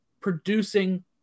producing